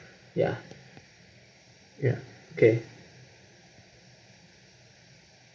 ya ya okay